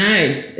Nice